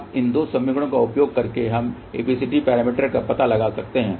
अब इन 2 समीकरणों का उपयोग करके हम ABCD पैरामीटर का पता लगा सकते हैं